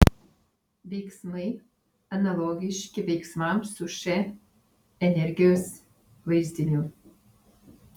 veiksmai analogiški veiksmams su š energijos vaizdiniu